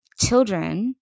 children